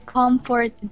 comfort